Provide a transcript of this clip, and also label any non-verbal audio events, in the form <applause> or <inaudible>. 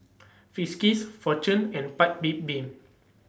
<noise> Friskies Fortune and Paik's Bibim